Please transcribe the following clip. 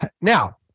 Now